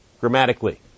Grammatically